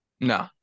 No